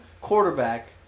quarterback